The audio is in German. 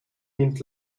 nimmt